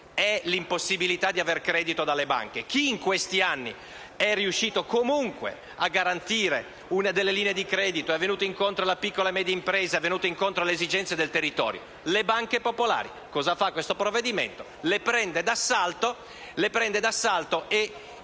è l'impossibilità di avere credito dalle banche. Chi in questi anni è riuscito comunque a garantire delle linee di credito, è venuto incontro alla piccola e media impresa ed alle esigenze del territorio? Le banche popolari. Ebbene, cosa fa questo provvedimento? Le prende d'assalto e,